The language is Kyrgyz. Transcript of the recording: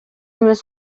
эмес